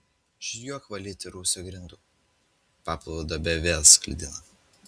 žygiuok valyti rūsio grindų paplavų duobė vėl sklidina